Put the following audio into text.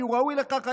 כי הוא ראוי לכך היום: